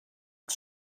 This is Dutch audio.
het